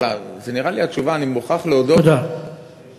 זה נראה לי, התשובה, אני מוכרח להודות, תודה.